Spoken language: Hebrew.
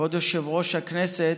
כבוד יושב-ראש הכנסת,